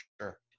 sure